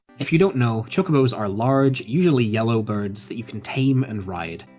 if you don't know, chocobos are large, usually yellow birds, that you can tame and ride,